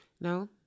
No